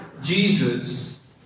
Jesus